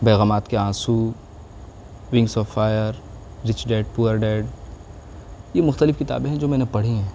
بیگمات کے آنسو prince of fire rich dad poor dad یہ مختلف کتابیں ہیں جو میں نے پڑھی ہیں